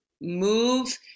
move